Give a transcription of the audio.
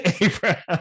Abraham